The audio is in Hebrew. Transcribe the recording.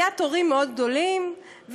היו תורים גדולים מאוד,